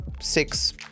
six